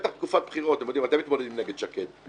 בטח תקופת בחירות אתם מתמודדים נגד שקד,